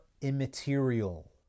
immaterial